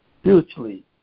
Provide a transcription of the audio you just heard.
spiritually